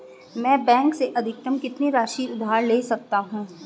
मैं बैंक से अधिकतम कितनी राशि उधार ले सकता हूँ?